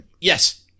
Yes